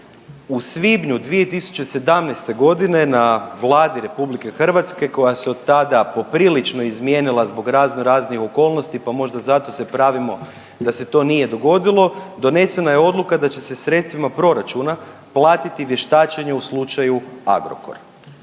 u svibnju 2017.g. na Vladi RH koja se od tada poprilično izmijenila zbog razno raznih okolnosti, pa možda zato se pravimo da se to nije dogodilo, donesena je odluka da će se sredstvima proračuna platiti vještačenje u slučaju Agrokor.